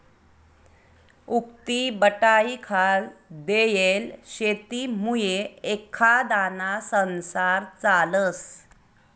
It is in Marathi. उक्तीबटाईखाल देयेल शेतीमुये एखांदाना संसार चालस